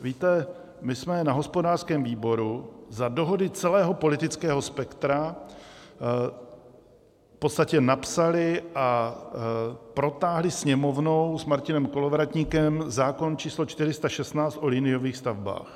Víte, my jsme na hospodářském výboru za dohody celého politického spektra v podstatě napsali a protáhli Sněmovnou s Martinem Kolovratníkem zákon č. 416 o liniových stavbách.